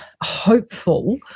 hopeful